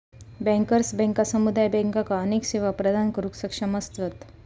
bankers बँका समुदाय बँकांका अनेक सेवा प्रदान करुक सक्षम असतत